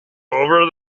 over